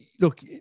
look